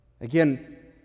Again